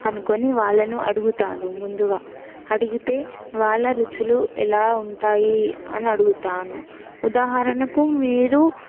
అనుకొని వాళ్ళను అడుగుతాను ముందుగా అడిగితే వాళ్ళ రుచులు ఎలా ఉంటాయి అని అడుగుతాను ఉదాహరణకు మీరు